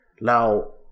Now